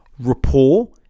rapport